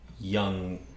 young